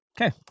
Okay